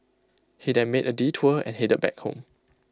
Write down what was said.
he then made A detour and headed back home